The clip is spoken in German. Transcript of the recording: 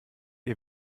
ihr